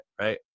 right